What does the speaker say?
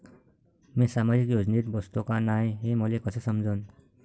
मी सामाजिक योजनेत बसतो का नाय, हे मले कस समजन?